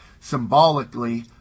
symbolically